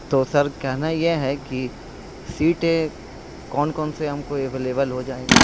تو سر کہنا یہ ہے کہ سیٹیں کون کون سے ہم کو اویلیبل ہو جائے گا